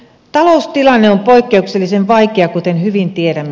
taloustilanne on poikkeuksellisen vaikea kuten hyvin tiedämme